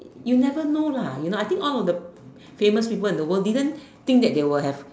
you never know lah you know I think all of the famous people in the world didn't think that they would have